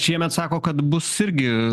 šiemet sako kad bus irgi